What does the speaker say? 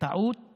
שאושרה